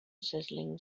sizzling